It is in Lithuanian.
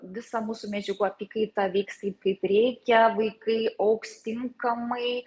visą mūsų medžiagų apykaitą vyks taip kaip reikia vaikai augs tinkamai